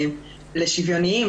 לשוויוניים,